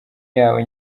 yawe